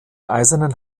eisernen